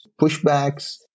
pushbacks